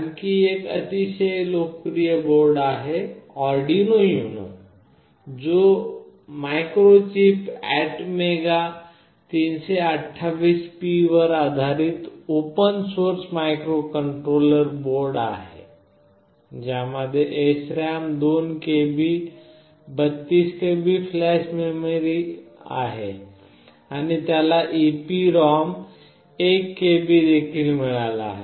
आणखी एक अतिशय लोकप्रिय बोर्ड आहे आर्डिनो युनो जो Microchip ATmega328P वर आधारित ओपन सोर्स मायक्रोकंट्रोलर बोर्ड आहे ज्यामध्ये SRAM 2KB 32KB फ्लॅश आहे आणि त्याला EEPROM 1 KB देखील मिळाला आहे